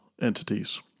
entities